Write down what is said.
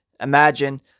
imagine